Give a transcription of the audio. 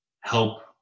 help